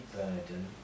burden